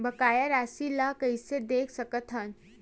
बकाया राशि ला कइसे देख सकत हान?